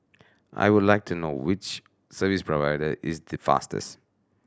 I would like to know which service provider is the fastest